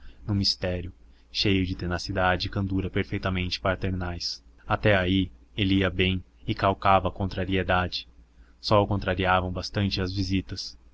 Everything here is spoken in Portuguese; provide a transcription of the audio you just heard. no mistério cheio de tenacidade e candura perfeitamente paternais até aí ele ia bem e calcava a contrariedade só o contrariavam bastante as visitas